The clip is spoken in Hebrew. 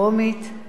לאחר